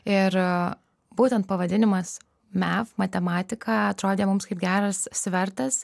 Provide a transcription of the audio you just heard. ir būtent pavadinimas mef matematika atrodė mums kaip geras svertas